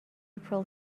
april